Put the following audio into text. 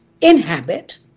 inhabit